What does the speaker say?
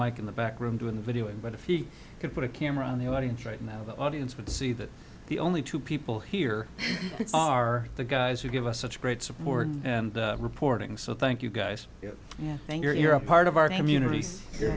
mike in the back room during the video and if you could put a camera on the audience right now the audience would see that the only two people here are the guys who give us such great support and reporting so thank you guys thank you are a part of our community so you're